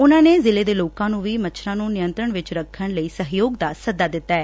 ਉਨੂਂ ਨੇ ਜ਼ਿਲੇ ਦੇ ਲੋਕਾਂ ਨੂੰ ਵੀ ਮੱਛਰਾਂ ਨੂੰ ਨਿਯੰਤਰਣ ਵਿਚ ਰੱਖਣ ਲਈ ਸਹਿਯੋਗ ਦਾ ਸੱਦਾ ਦਿੱਤੈ